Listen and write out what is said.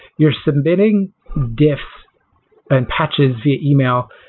you're submitting diff and patches via email.